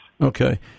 Okay